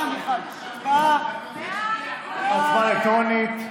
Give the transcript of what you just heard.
הצבעה אלקטרונית.